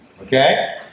Okay